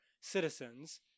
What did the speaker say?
citizens